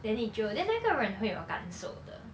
then 你就 then 那个人会有感受的